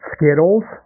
Skittles